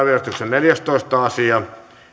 neljästoista asia